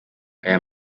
aya